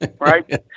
right